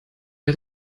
der